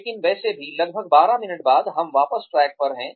लेकिन वैसे भी लगभग 12 मिनट बाद हम वापस ट्रैक पर हैं